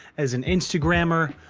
as an instagramer